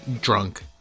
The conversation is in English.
drunk